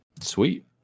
sweet